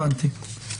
הבנתי.